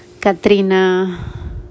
Katrina